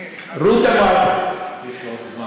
בגיור של רות המואבייה לא היו מכירים.